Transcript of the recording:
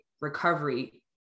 recovery